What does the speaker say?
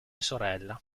sorella